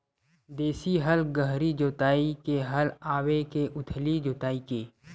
देशी हल गहरी जोताई के हल आवे के उथली जोताई के?